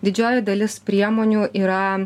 didžioji dalis priemonių yra